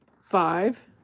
Five